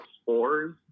spores